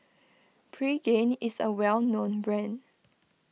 Pregain is a well known brand